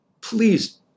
please